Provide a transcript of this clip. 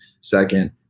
Second